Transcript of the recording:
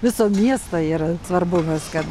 viso miesto yra svarbu kad